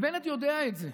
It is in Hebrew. ובנט יודע את זה.